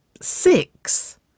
six